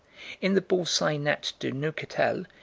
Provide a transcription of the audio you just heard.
in the bull. sci. nat. de neuchatel,